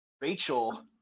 Rachel